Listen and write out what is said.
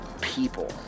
people